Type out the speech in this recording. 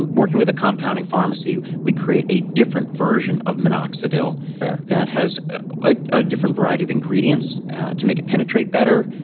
working with the compounding pharmacy we create a different version of minoxidil that has ah a different variety of ingredients to make it penetrate better,